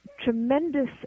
tremendous